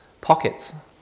pockets